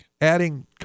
adding